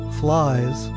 flies